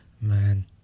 man